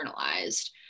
internalized